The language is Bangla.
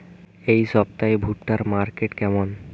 এই সপ্তাহে ভুট্টার মার্কেট কেমন?